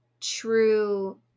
true